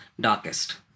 darkest